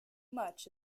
much